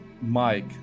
Mike